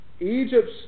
Egypt's